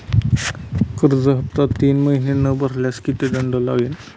कर्ज हफ्ता तीन महिने न भरल्यास किती दंड लागेल?